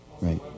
Right